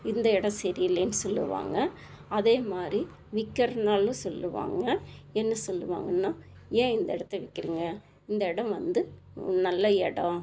இந்த இடம் சரி இல்லேன்னு சொல்லுவாங்கள் அதே மாதிரி விற்கறனாலும் சொல்லுவாங்கள் என்ன சொல்லுவாங்கன்னா ஏன் இந்த இடத்த விற்கிறிங்க இந்த இடம் வந்து நல்ல இடம்